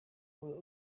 wowe